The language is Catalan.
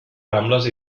rambles